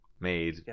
made